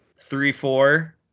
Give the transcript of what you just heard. three-four